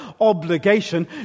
obligation